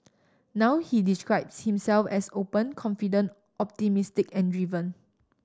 now he describes himself as open confident optimistic and driven